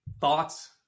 thoughts